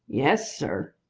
yes, sir.